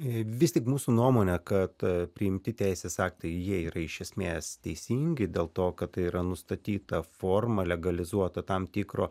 vis tik mūsų nuomone kad priimti teisės aktai jie yra iš esmės teisingi dėl to kad tai yra nustatyta forma legalizuota tam tikro